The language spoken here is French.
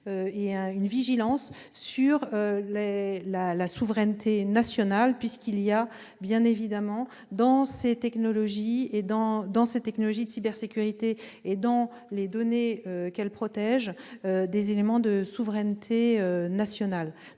avec une vigilance sur la souveraineté nationale. En effet, il y a, dans les technologies de cybersécurité et dans les données que celles-ci protègent, des éléments de souveraineté nationale.